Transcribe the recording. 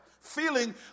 Feeling